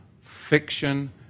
fiction